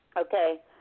okay